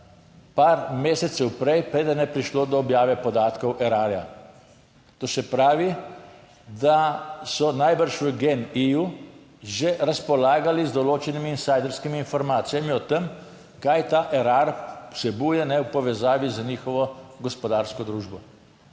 par mesecev prej, preden je prišlo do objave podatkov Erarja. To se pravi, da so najbrž v GEN-I že razpolagali z določenimi insajderskimi informacijami o tem, kaj ta Erar vsebuje v povezavi z njihovo gospodarsko družbo.